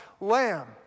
lamb